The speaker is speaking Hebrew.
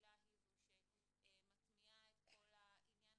משרד החקלאות,